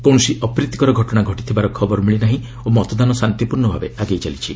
କୌଣସି ଅପ୍ରୀତିକର ଘଟଣା ଘଟିଥିବାର ଖବର ମିଳି ନାହିଁ ଓ ମତଦାନ ଶାନ୍ତିପୂର୍ଣ୍ଣଭାବେ ଆଗେଇ ଚାଲିଛି